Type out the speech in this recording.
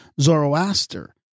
Zoroaster